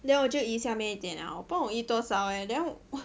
then 我就移下面一点 ah 我不懂移多少 eh then !wah!